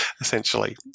essentially